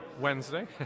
wednesday